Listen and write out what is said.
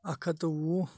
اَکھ ہَتھ تہٕ وُہ